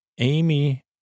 Amy